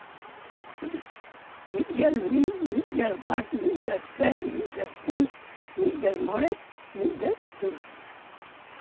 ᱢᱤᱫᱜᱮᱞ ᱢᱤᱫ ᱢᱤᱫᱜᱮᱞ ᱵᱟᱨ ᱢᱤᱫᱜᱮᱞ ᱯᱮ ᱢᱤᱫᱜᱮᱞ ᱯᱩᱱ ᱢᱤᱫᱜᱮᱞ ᱢᱚᱬᱮ ᱢᱤᱫᱜᱮᱞ ᱛᱩᱨᱩᱭ